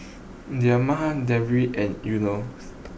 Damia Deris and Yunos